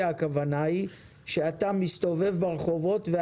שמונה נוסעים זה אוטובוס.